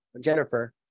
Jennifer